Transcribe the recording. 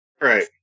Right